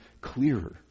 clearer